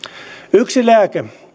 yksi lääke